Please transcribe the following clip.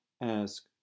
ask